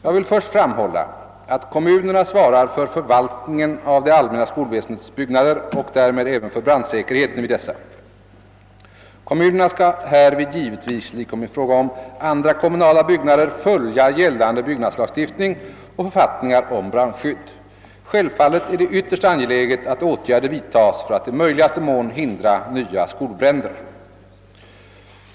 Jag vill först framhålla, att kommunerna svarar för förvaltningen av det allmänna skolväsendets byggnader och därmed även för brandsäkerheten vid dessa. Kommunerna skall härvid givetvis liksom i fråga om andra kommunala byggnader följa gällande bygg nadslagstiftning och författningar om brandskydd. Självfallet är det ytterst angeläget att åtgärder vidtas för att i möjligaste mån hindra nya skolbränder.